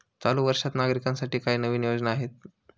चालू वर्षात नागरिकांसाठी काय नवीन योजना आहेत?